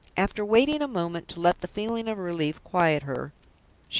after waiting a moment to let the feeling of relief quiet her,